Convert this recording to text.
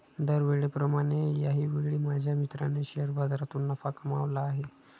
दरवेळेप्रमाणे याही वेळी माझ्या मित्राने शेअर बाजारातून नफा कमावला आहे